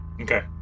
Okay